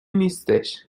نیستش